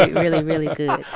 but really, really good